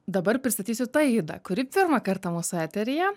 dabar pristatysiu taidą kuri pirmą kartą mūsų eteryje